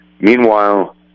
Meanwhile